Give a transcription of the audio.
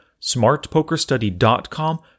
smartpokerstudy.com